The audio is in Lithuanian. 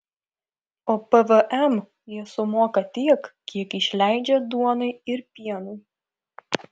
o pvm jie sumoka tiek kiek išleidžia duonai ir pienui